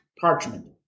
parchment